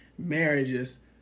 marriages